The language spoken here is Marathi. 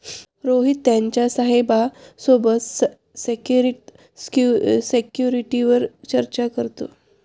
रोहित त्याच्या साहेबा सोबत संकरित सिक्युरिटीवर चर्चा करतो